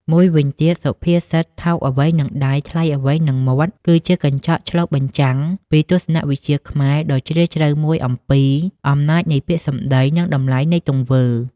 មួយវិញទៀត សុភាសិត "ថោកអ្វីនឹងដៃ ថ្លៃអ្វីនឹងមាត់" គឺជាកញ្ចក់ឆ្លុះបញ្ចាំងពីទស្សនវិជ្ជាខ្មែរដ៏ជ្រាលជ្រៅមួយអំពី អំណាចនៃពាក្យសម្ដី និង តម្លៃនៃទង្វើ។